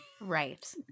Right